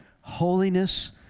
holiness